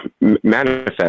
manifest